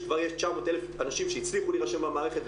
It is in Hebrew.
שכבר יש 900 אלף אנשים שהצליחו להירשם במערכת,